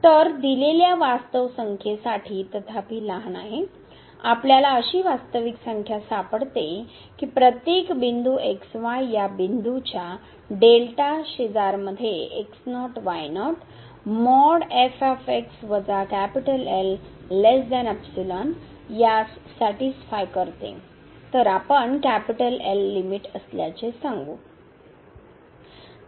तर दिलेल्या वास्तव संख्येसाठी तथापि लहान आहे आपल्याला अशी वास्तविक संख्या सापडते की प्रत्येक बिंदू x y या बिंदूच्या शेजारमध्ये x0 y0 यास सॅटिसफाय करते तर आपण L लिमिट असल्याचे सांगू